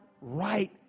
right